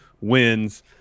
wins